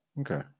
Okay